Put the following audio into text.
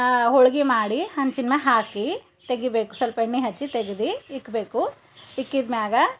ಹೋಳ್ಗೆ ಮಾಡಿ ಹಂಚಿನ್ಮ್ಯಾಲ ಹಾಕಿ ತೆಗಿಬೇಕು ಸ್ವಲ್ಪ ಎಣ್ಣೆ ಹಚ್ಚಿ ತೆಗ್ದು ಇಡ್ಬೇಕು ಇಕ್ಕಿದ್ಮ್ಯಾಗ